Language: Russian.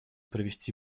провести